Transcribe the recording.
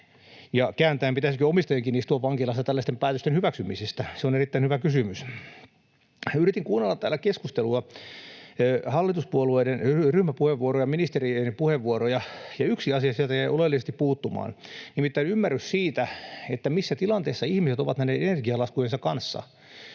Ja kääntäen: pitäisikö omistajankin istua vankilassa tällaisten päätösten hyväksymisestä? Se on erittäin hyvä kysymys. Yritin kuunnella täällä keskustelua, hallituspuolueiden ryhmäpuheenvuoroja, ministe-rien puheenvuoroja, ja yksi asia sieltä jäi oleellisesti puuttumaan, nimittäin ymmärrys siitä, missä tilanteessa ihmiset ovat näiden energialaskujensa kanssa,